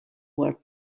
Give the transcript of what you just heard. were